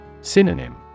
Synonym